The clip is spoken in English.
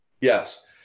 yes